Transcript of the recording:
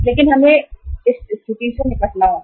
लेकिन हमें स्थिति से निपटना होगा